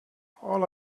all